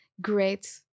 great